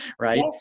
Right